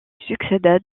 succéda